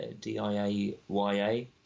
d-i-a-y-a